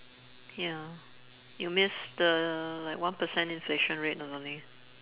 ya you miss the like one percent inflation rate or something